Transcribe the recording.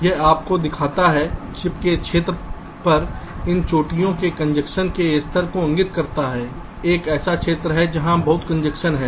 यह आपको दिखाता है चिप के क्षेत्र पर इन चोटियों के कंजेशन के स्तर को इंगित करता है एक ऐसा क्षेत्र है जहां बहुत कंजेशन है